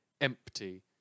empty